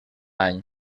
any